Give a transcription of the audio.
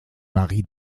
marie